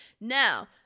Now